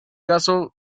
castle